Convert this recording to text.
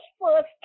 first